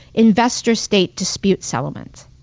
investor-state dispute settlement.